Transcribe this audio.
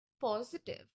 positive